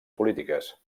polítiques